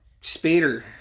Spader